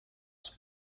zum